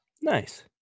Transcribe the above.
Nice